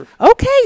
Okay